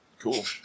Cool